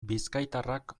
bizkaitarrak